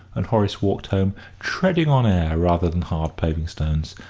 and horace walked home, treading on air rather than hard paving-stones,